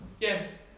Yes